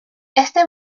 este